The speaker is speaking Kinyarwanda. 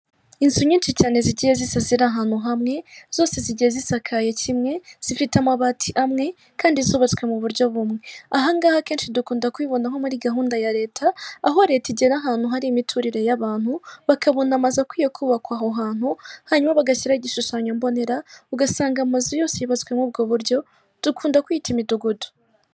Inzu nyinshi cyane zigiye zisa ziri ahantu hamwe zose zijya zisakaye kimwe zifite amabati amwe kandi zubatswe mu buryo bumwe, ahangaha akenshi dukunda kubibona nko muri gahunda ya leta, aho leta igera ahantu hari imiturire y'abantu bakabona amazu akwiye kubakwa aho hantu hanyuma bagashyiraho igishushanyo mbonera ugasanga amazu yose yubatswe muri ubwo buryo dukunda kuyita imidugudu.